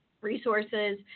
Resources